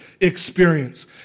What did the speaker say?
experience